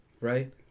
right